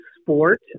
sport